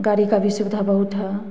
गाड़ी का भी सुविधा बहुत है